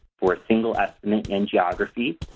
for a single estimate in geography,